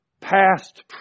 Past